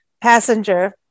Passenger